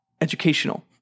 educational